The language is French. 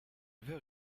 veut